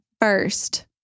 first